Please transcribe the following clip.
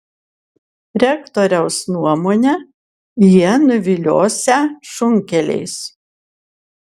rektoriaus nuomone jie nuviliosią šunkeliais